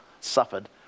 suffered